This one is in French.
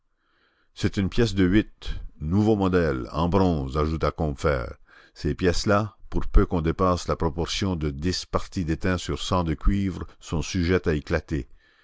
c'est une pièce de huit nouveau modèle en bronze ajouta combeferre ces pièces là pour peu qu'on dépasse la proportion de dix parties d'étain sur cent de cuivre sont sujettes à éclater